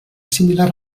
similar